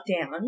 down